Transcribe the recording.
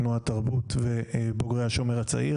תנועת תרבות ובוגרי השומר הצעיר.